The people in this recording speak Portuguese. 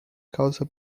calça